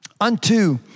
unto